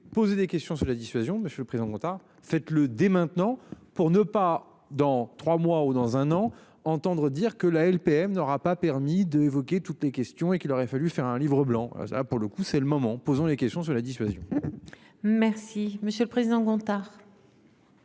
poser des questions sur la dissuasion. Monsieur le Président. Faites-le dès maintenant pour ne pas dans trois mois ou dans un an. Entendre dire que la LPM n'aura pas permis d'évoquer toutes les questions et qu'il aurait fallu faire un livre blanc pour le coup, c'est le moment posant des questions sur la dissuasion. Merci monsieur le président Gontard.